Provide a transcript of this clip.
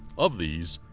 of these,